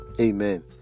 Amen